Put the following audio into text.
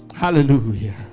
Hallelujah